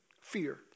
Fear